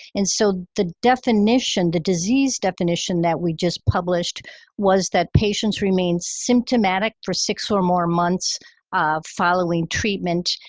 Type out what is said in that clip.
and so the definition, the disease definition that we just published was that patients remain symptomatic for six or more months um following treatment.